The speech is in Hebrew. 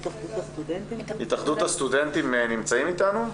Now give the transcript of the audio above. התאחדות הסטודנטים נמצאים איתנו?